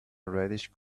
reddish